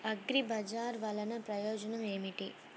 అగ్రిబజార్ వల్లన ప్రయోజనం ఏమిటీ?